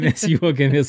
mes juokėmės